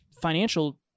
financial